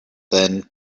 then